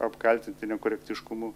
apkaltinti nekorektiškumu